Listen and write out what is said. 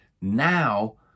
Now